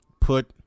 put